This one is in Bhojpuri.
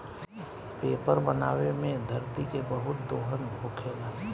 पेपर बनावे मे धरती के बहुत दोहन होखेला